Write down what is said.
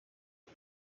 iyi